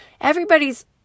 everybody's